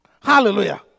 Hallelujah